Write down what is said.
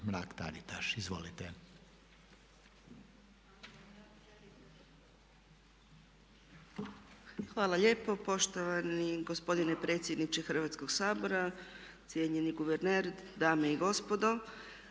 **Mrak-Taritaš, Anka (HNS)** Hvala lijepo poštovani gospodine predsjedniče Hrvatskog sabora, cijenjeni guverner, dame i gospodo.